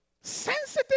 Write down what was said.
Sensitive